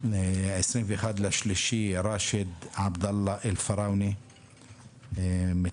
ב-21.3 ראשיד עבדאללה אלפראונה מתל-ערד,